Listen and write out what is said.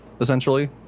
essentially